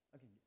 Okay